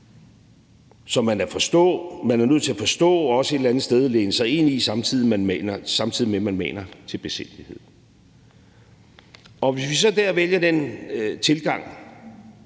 som man er nødt til at forstå og også et eller andet sted læne sig ind i, samtidig med at man maner til besindighed. Hvis vi så der vælger den tilgang,